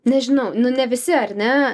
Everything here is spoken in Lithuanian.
nežinau nu ne visi ar ne